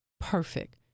perfect